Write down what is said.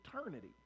eternity